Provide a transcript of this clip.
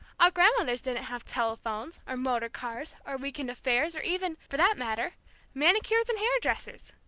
our grandmothers didn't have telephones, or motor-cars, or week-end affairs, or even for that matter manicures and hair-dressers!